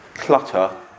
clutter